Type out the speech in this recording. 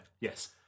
Yes